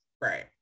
right